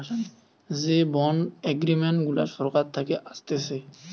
যে bond agreement গুলা সরকার থাকে আসতেছে